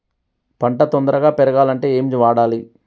పంట తొందరగా పెరగాలంటే ఏమి వాడాలి?